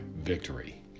victory